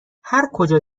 هرکجا